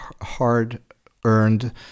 hard-earned